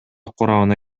курамына